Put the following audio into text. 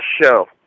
show